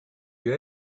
you